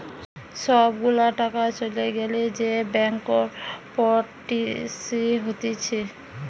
সব গুলা টাকা চলে গ্যালে যে ব্যাংকরপটসি হতিছে